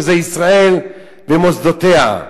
שזה ישראל ומוסדותיה.